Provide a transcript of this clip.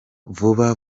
vuba